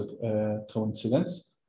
coincidence